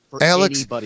Alex